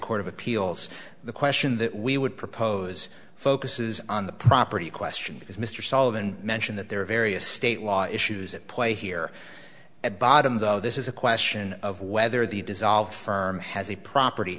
court of appeals the question that we would propose focuses on the property question because mr solomon mention that there are various state law issues at play here at bottom though this is a question of whether the dissolved firm has a property